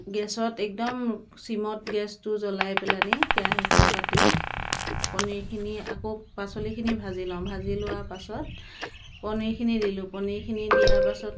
গেছত একদম চিমত গেছটো জ্বলাই পেলাই কেৰাহীখন পাতি পনীৰখিনি আকৌ পাচলিখিনি ভাজি লওঁ ভাজি লোৱাৰ পাছত পনীৰখিনি দিলোঁ পনীৰখিনি দিয়াৰ পাছত